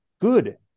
good